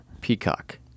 Peacock